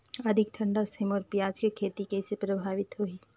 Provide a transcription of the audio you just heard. अधिक ठंडा मे मोर पियाज के खेती कइसे प्रभावित होही?